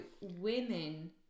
women